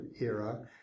era